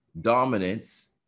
dominance